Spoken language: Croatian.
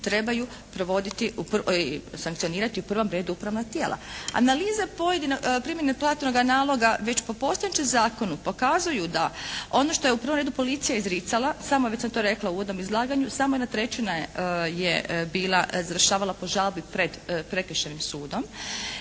i sankcionirati u prvom redu upravna tijela. Analiza primjene platnoga naloga već po postojećem zakonu pokazuju da ono što je u prvom redu Policija izricala, samo već sam to rekla u uvodnom izlaganju, samo 1/3 je bila, završavala po žalbi pred Prekršajnim sudom.